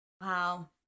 Wow